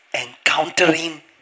Encountering